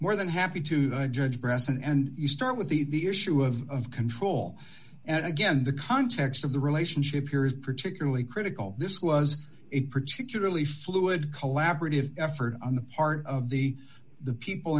more than happy to judge present and you start with the the issue of control and again the context of the relationship here is particularly critical this was a particularly fluid collaborative effort on the part of the the people